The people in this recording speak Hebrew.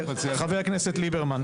חבר הכנסת ליברמן.